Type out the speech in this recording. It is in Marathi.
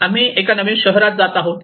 आम्ही एका नवीन शहरात जात आहोत